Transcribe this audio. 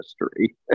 history